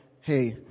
hey